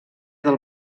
del